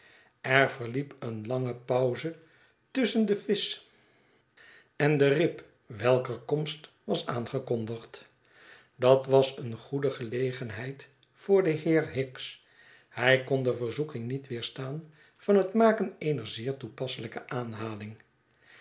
er verliep een lange pauze tusschen den visch en de rib welker komst was aangekondigd dat was een goede gelegenheid voor den heer hicks hij kon de verzoeking niet weerstaan van het maken eener zeer toepasselijke aanhaling